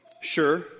Sure